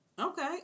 Okay